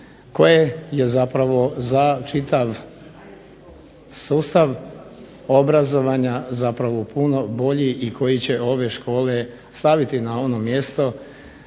koje je zapravo za čitav sustav obrazovanja zapravo puno bolji i koji će ove škole staviti na ono mjesto